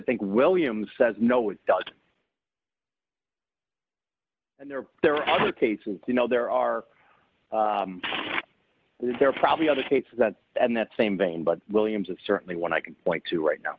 think williams says no it doesn't and there are there are other cases you know there are there are probably other states that and that same vein but williams is certainly one i can point to right now